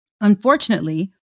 Unfortunately